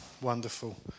wonderful